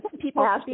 People